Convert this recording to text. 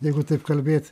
jeigu taip kalbėt